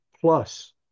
plus